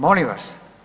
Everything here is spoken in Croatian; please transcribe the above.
Molim vas.